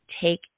take